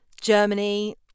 Germany